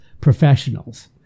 professionals